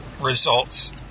results